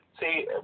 See